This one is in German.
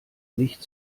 nicht